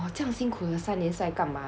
我这样辛苦的三年是在干嘛